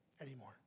anymore